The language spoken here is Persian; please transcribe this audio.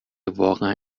واقعا